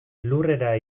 lurrera